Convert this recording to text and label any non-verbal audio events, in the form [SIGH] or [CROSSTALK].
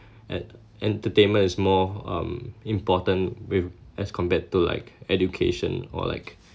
[BREATH] ent~ entertainment is more um important with as compared to like education or like